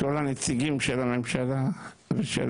הנציגים של הממשלה, ושל